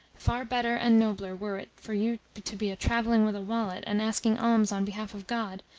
far better and nobler were it for you to be travelling with a wallet, and asking alms on behalf of god,